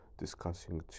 discussing